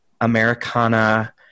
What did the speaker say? Americana